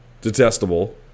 detestable